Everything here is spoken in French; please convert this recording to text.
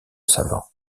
savants